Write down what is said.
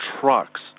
trucks